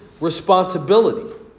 responsibility